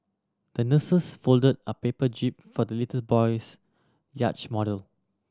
the nurses fold a paper jib for the little boy's yacht model